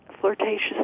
flirtatious